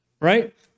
Right